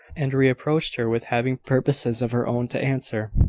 and reproached her with having purposes of her own to answer,